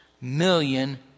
million